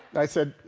i said,